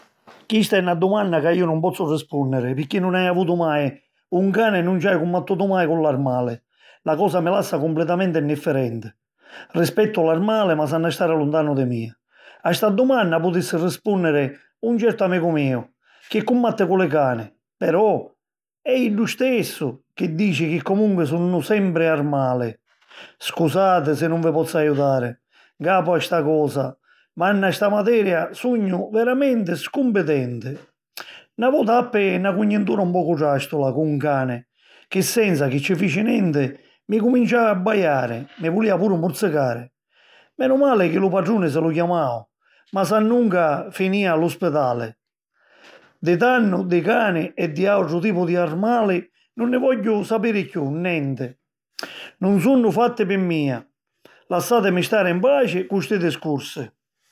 Chista è na dumanna ca iu nun pozzu rispùnniri picchì nun haju avutu mai un cani e nun ci haju cummattutu mai cu l'armali. La cosa mi lassa cumpletamenti indifferenti. Rispettu l’armali ma s’hannu a stari luntanu di mia. A sta dumanna putissi rispùnniri un certu amicu miu chi cummatti cu li cani; però è iddu stessu chi dici chi comunqui sunnu sempri armali. Scusati si nun vi pozzu aiutari, 'ncapu a sta cosa, ma nna sta materia sugnu veramenti scumpitenti. Na vota appi na cugnintura un pocu tràstula cu 'n cani chi senza chi ci fici nenti, mi cuminciau a abbaiari; mi vulìa puru muzzicari. Menu mali chi lu patruni si lu chiamau ma s'annunca finìa a lu spitali. Di tannu di cani e di àutru tipu di armali 'un nni vogghiu sapiri chiù nenti. Nun sunnu fatti pi mia: lassàtimi stari 'n paci cu sti discursi!